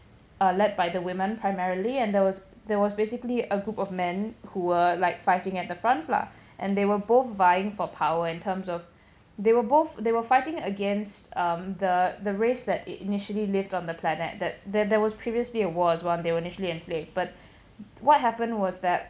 uh led by the women primarily and there was there was basically a group of men who were like fighting at the front lah and they were both vying for power in terms of they were both they were fighting against um the the race that initially lived on the planet that there there was previously a war while they were initially enslaved but what happened was that